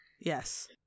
yes